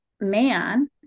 man